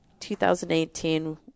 2018